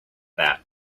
that